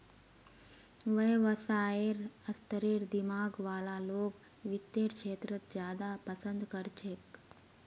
व्यवसायेर स्तरेर दिमाग वाला लोग वित्तेर क्षेत्रत ज्यादा पसन्द कर छेक